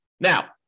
Now